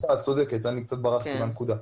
צודקת, אני קצת ברחתי מהנקודה.